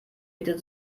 bietet